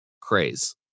craze